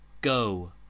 go